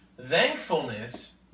Thankfulness